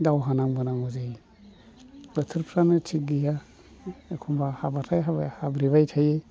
दावहा नांबोनांगौ जायो बोथोरफ्रानो थिग गैया एखनबा हाबाथाय हाबाय हाब्रेबाय थायो